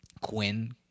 Quinn